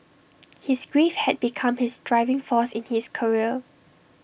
his grief had become his driving force in his career